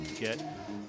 get